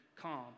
calm